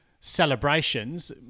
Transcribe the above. celebrations